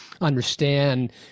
understand